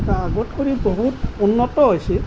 এতিয়া আগত কৰি বহুত উন্নত হৈছে